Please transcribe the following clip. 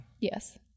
Yes